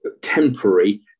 temporary